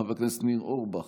חבר הכנסת ניר אורבך,